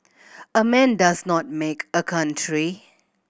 a man does not make a country